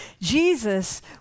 Jesus